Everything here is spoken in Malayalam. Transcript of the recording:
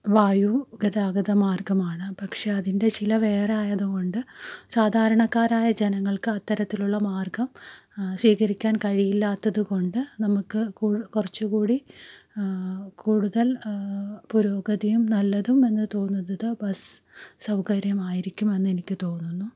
വായു ഗതാഗത മാർഗ്ഗമാണ് പക്ഷേ അതിൻ്റെ ചിലവേറെയായതുകൊണ്ട് സാധാരണക്കാരായ ജനങ്ങൾക്ക് അത്തരത്തിലുള്ള മാർഗ്ഗം സ്വീകരിക്കാൻ കഴിയില്ലാത്തതുകൊണ്ട് നമുക്ക് കുറച്ചുകൂടി കൂടുതൽ പുരോഗതിയും നല്ലതും എന്ന് തോന്നുന്നത് ബസ്സ് സൗകര്യമായിരിക്കും എന്നെനിക്ക് തോന്നുന്നു